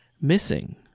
Missing